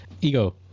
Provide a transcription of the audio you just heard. ego